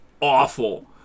awful